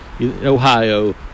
Ohio